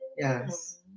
Yes